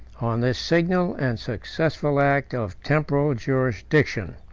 on this signal and successful act of temporal jurisdiction.